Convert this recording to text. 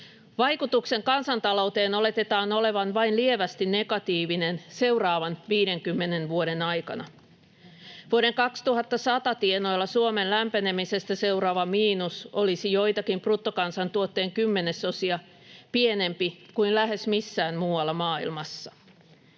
Vaikutuksen kansantalouteen oletetaan olevan vain lievästi negatiivinen seuraavan 50 vuoden aikana. Vuoden 2100 tienoilla Suomen lämpenemisestä seuraava miinus olisi joitakin bruttokansantuotteen kymmenesosia pienempi kuin lähes missään muualla maailmassa.